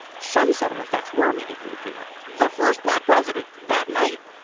some set of effects were immediately clear. the first black president, that night,